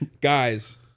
guys